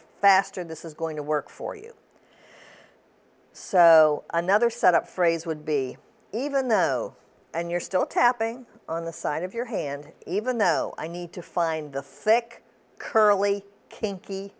faster this is going to work for you so another set up phrase would be even though and you're still tapping on the side of your hand even though i need to find the thick curly kinky